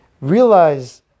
Realize